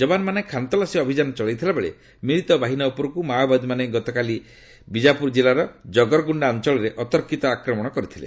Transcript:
ଜବାନମାନେ ଖାନ୍ତଲାସୀ ଅଭିଯାନ ଚଳାଇଥିବାବେଳେ ମିଳିତ ବାହିନୀ ଉପରକୁ ମାଓବାଦୀମାନେ ଗତକାଲି ବିଜାପୁର ଜିଲ୍ଲାର ଜଗରଗୁଣ୍ଡା ଅଞ୍ଚଳରେ ଅତର୍କିତ ଆକ୍ରମଣ କରିଥିଲେ